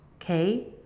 okay